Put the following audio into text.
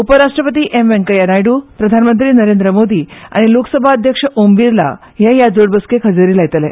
उपराष्ट्रपती एम वेंकय्या नायडू प्रधानमंत्री नरेंद्र मोदी आनी लोकसभा अध्यक्ष ओम बिर्ला हे जोड बसकेक हाजीर रावतले